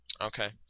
Okay